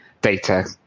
data